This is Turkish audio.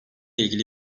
ilgili